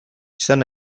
izan